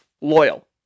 loyal